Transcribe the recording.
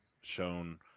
shown